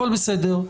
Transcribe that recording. הכול בסדר.